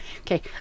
Okay